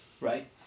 Right